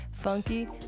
funky